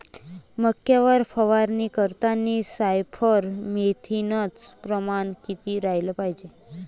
मक्यावर फवारनी करतांनी सायफर मेथ्रीनचं प्रमान किती रायलं पायजे?